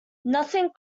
nothing